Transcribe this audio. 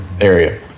area